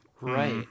right